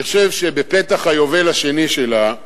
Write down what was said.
אני חושב שבפתח היובל השני שלה,